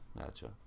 Gotcha